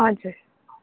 हजुर